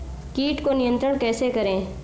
कीट को नियंत्रण कैसे करें?